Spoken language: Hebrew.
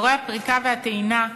אזורי הפריקה והטעינה,